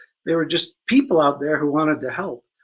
they were just people out there who wanted to help.